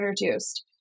introduced